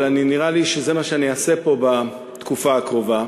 אבל נראה לי שזה מה שאני אעשה פה בתקופה הקרובה.